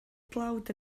dlawd